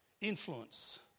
Influence